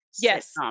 yes